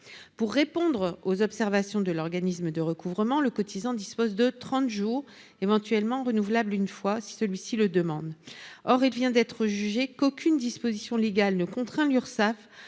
Pour répondre aux observations de l'organisme de recouvrement, le cotisant dispose de trente jours, éventuellement renouvelables une fois, s'il le demande. Or, il vient d'être jugé qu'« aucune disposition légale ne contraint l'Urssaf